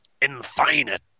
Infinite